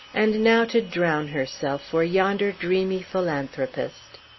and now to drown herself for yonder dreamy philanthropist!